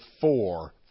four